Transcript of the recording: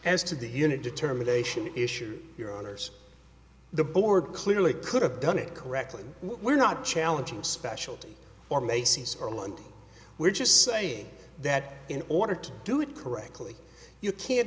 time as to the unit determination issue your honors the board clearly could have done it correctly we're not challenging specialty or macy's or law and we're just saying that in order to do it correctly you can't